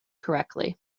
correctly